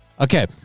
Okay